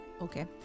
Okay